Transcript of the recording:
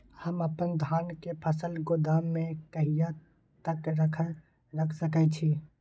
हम अपन धान के फसल गोदाम में कहिया तक रख सकैय छी?